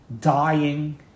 dying